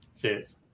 cheers